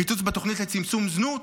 קיצוץ בתוכנית לצמצום זנות.